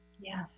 yes